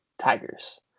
Tigers